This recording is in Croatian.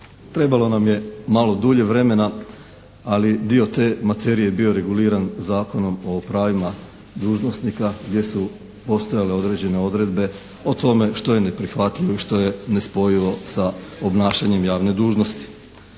trebalo nam je malo dulje vremena, ali dio te materije je bio reguliran Zakonom o pravima dužnosnika gdje su postojale određene odredbe o tome što je neprihvatljivo i što je nespojivo sa obnašanjem javne dužnosti.